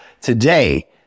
Today